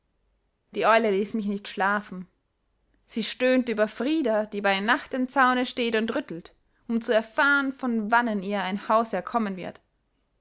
die eule ließ mich nicht schlafen sie stöhnte über frida die bei nacht am zaune steht und rüttelt um zu erfahren von wannen ihr ein hausherr kommen wird